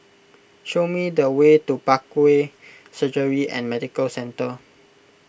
show me the way to Parkway Surgery and Medical Centre